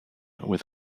with